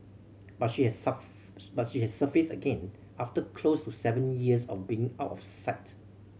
but she has but she has surfaced again after close to seven years of being out of sight